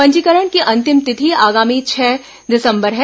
पंजीकरण की अंतिम तिथि आगामी छह दिसंबर है